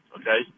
okay